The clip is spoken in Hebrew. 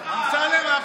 אמסלם,